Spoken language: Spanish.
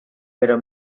pero